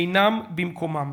אינם במקומם.